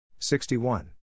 61